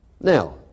Now